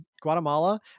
Guatemala